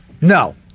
No